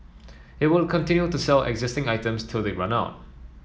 it will continue to sell existing items till they run out